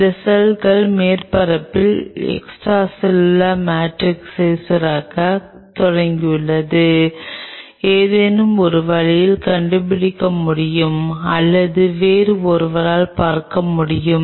இந்த செல்கள் மேற்பரப்பில் எக்ஸ்ட்ராசெல்லுலர் மேட்ரிக்ஸை சுரக்கத் தொடங்கியுள்ளதால் ஏதேனும் ஒரு வழியைக் கண்டுபிடிக்க முடியும் அல்லது வேறு ஒருவரால் பார்க்க முடியும்